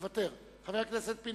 הכנסת חסון.